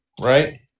right